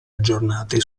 aggiornati